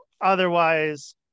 otherwise